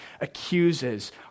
accuses